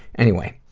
anyway,